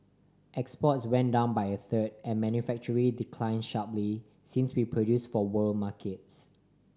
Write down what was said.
exports went down by a third and manufacturing declined sharply since we produced for world markets